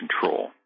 control